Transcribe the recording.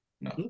No